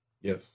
Yes